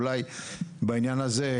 אולי בעניין הזה,